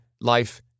life